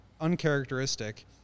uncharacteristic